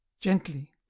gently